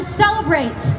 celebrate